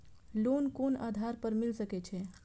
Loan कोन आधार पर मिल सके छे?